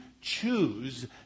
choose